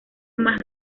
más